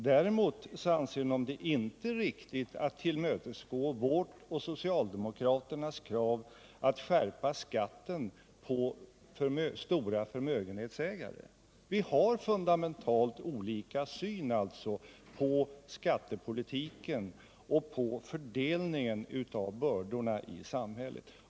Däremot anser de inte att det är riktigt att tillmötesgå våra och socialdemokraternas krav på att skärpa skatten för de stora förmögenhetsägarna. Vi har alltså fundamentalt olika syn på skattepolitiken och på fördelningen av bördorna i samhället.